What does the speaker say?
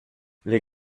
les